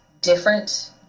different